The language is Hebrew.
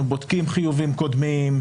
אנחנו בודקים חיובים קודמים,